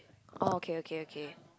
oh okay okay okay